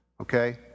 okay